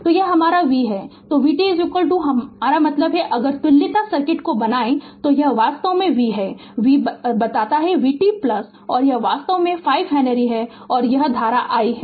तो यह हमारा v है तो vt हमारा मतलब है कि अगर तुल्यता सर्किट को बनाये तो यह वास्तव में हमारा v है v बताता है vt प्लस और यह वास्तव में 5 हेनरी है और यह धारा i है